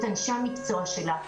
את אנשי המקצוע שלה,